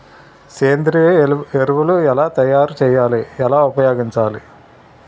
సేంద్రీయ ఎరువులు ఎలా తయారు చేయాలి? ఎలా ఉపయోగించాలీ?